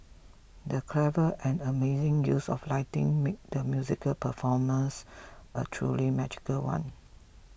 the clever and amazing use of lighting made the musical performance a truly magical one